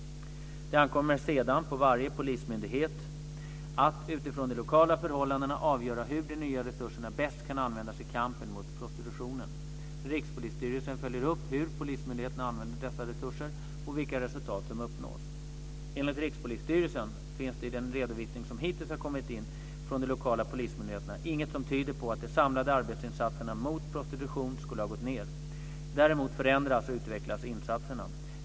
Det ankommer sedan på varje polismyndighet att utifrån de lokala förhållandena avgöra hur de nya resurserna bäst kan användas i kampen mot prostitutionen. Rikspolisstyrelsen följer upp hur polismyndigheterna använder dessa resurser och vilka resultat som uppnås. Enligt Rikspolisstyrelsen finns det i den redovisning som hittills har kommit in från de lokala polismyndigheterna inget som tyder på att de samlade arbetsinsatserna mot prostitution skulle ha gått ned. Däremot förändras och utvecklas insatserna.